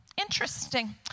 interesting